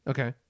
Okay